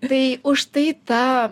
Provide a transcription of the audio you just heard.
tai už tai ta